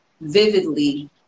vividly